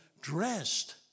dressed